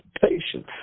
patience